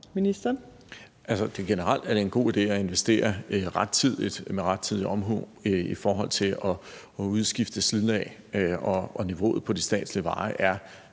Altså, generelt er det en god idé at investere rettidigt, med rettidig omhu, i forhold til at udskifte slidlag, og niveauet på de statslige veje er